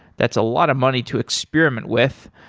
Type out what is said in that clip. that's a lot of money to experiment with.